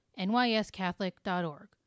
nyscatholic.org